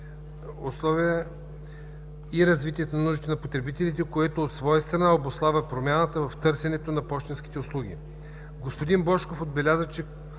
и развитието на нуждите на потребителите, което, от своя страна, обуславя промяна в търсенето на пощенските услуги. Господин Божков отбеляза, че